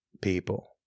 people